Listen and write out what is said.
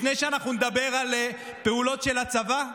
לפני שאנחנו נדבר על פעולות של הצבא?